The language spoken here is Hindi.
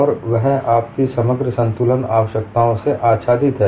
और वह आपकी समग्र संतुलन आवश्यकताओं से आच्छादित है